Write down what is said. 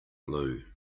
blue